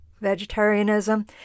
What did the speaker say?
vegetarianism